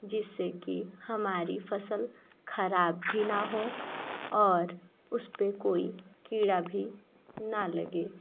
जिससे कि हमारी फसल खराब भी ना हो और उस पर कोई कीड़ा भी ना लगे